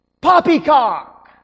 Poppycock